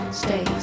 stay